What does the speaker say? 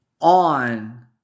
on